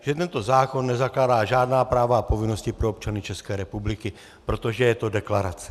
Že tento zákon nezakládá žádná práva a povinnosti pro občany České republiky, protože je to deklarace.